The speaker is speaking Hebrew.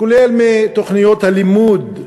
כולל מתוכניות הלימוד.